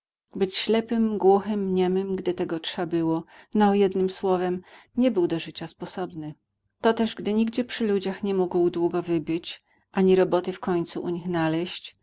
być ślepym głuchym niemym gdy tego trza było no jednym słowem nie był do życia sposobny toteż gdy nigdzie przy ludziach nie mógł długo wybyć ani roboty w końcu u nich naleźć